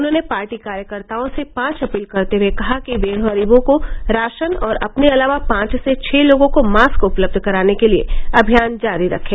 उन्होंने पार्टी कार्यकर्ताओं से पांच अपील करते हए कहा कि वे गरीबों को राशन और अपने अलावा पांच से छह लोगों को मास्क उपलब्ध कराने के लिए अभियान जारी रखें